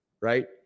Right